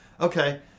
Okay